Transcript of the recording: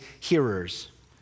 hearers